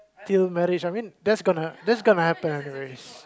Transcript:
till marriage I mean that's gonna that's gonna happen anyways